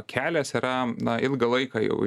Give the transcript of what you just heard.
kelias yra na ilgą laiką jau